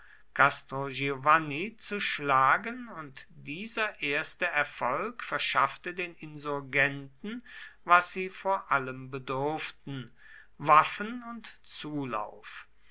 zu schlagen und dieser erste erfolg verschaffte den insurgenten was sie vor allem bedurften waffen und zulauf